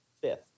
fifth